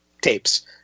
tapes